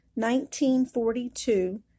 1942